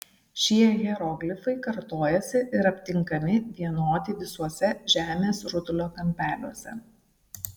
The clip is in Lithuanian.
šie hieroglifai kartojasi ir aptinkami vienodi visuose žemės rutulio kampeliuose